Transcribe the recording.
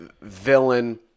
villain